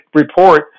report